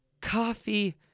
coffee